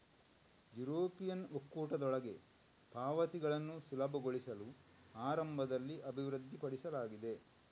European ಒಕ್ಕೂಟದೊಳಗೆ ಪಾವತಿಗಳನ್ನು ಸುಲಭಗೊಳಿಸಲು ಆರಂಭದಲ್ಲಿ ಅಭಿವೃದ್ಧಿಪಡಿಸಲಾಗಿದೆ